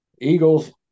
Eagles